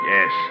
Yes